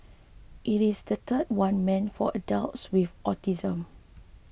it is the third one meant for adults with autism